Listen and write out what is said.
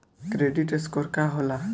Credit score का होला?